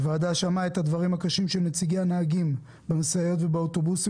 הוועדה שמעה את הדברים הקשים של נציגי הנהגים במשאיות ובאוטובוסים,